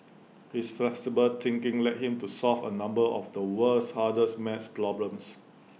his flexible thinking led him to solve A number of the world's hardest math problems